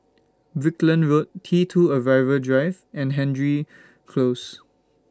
Brickland Road T two Arrival Drive and Hendry Close